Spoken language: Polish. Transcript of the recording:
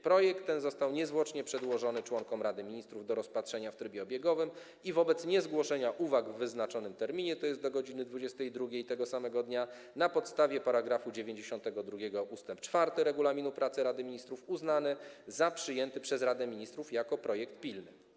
Projekt ten został niezwłocznie przedłożony członkom Rady Ministrów do rozpatrzenia w trybie obiegowym i wobec niezgłoszenia uwag w wyznaczonym terminie, tj. do godz. 22 tego samego dnia, na podstawie § 92 ust. 4 Regulaminu pracy Rady Ministrów uznany za przyjęty przez Radę Ministrów jako projekt pilny.